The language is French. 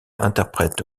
interprète